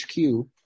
HQ